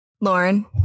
Lauren